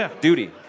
duty